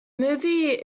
movie